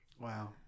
Wow